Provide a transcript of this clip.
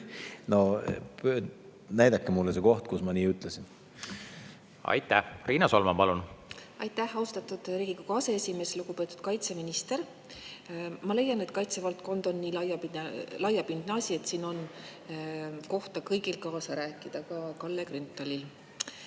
Näidake mulle see koht, kus ma nii ütlesin. Aitäh! Riina Solman, palun! Aitäh! Riina Solman, palun! Aitäh, austatud Riigikogu aseesimees! Lugupeetud kaitseminister! Ma leian, et kaitsevaldkond on nii laiapindne asi, et siin on kohta kõigil kaasa rääkida, ka Kalle Grünthalil.